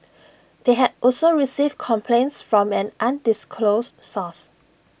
they had also received complaints from an undisclosed source